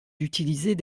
d’utiliser